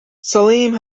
salim